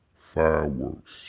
fireworks